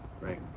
Right